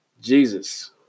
Jesus